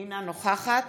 אינה נוכחת